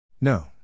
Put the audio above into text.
No